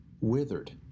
withered